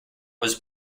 was